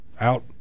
out